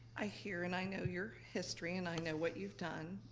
i hear and i know your history and i know what you've done,